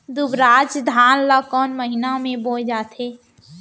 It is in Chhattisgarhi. दुबराज धान ला कोन महीना में बोये जाथे?